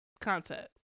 concept